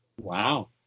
Wow